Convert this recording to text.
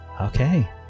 okay